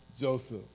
Joseph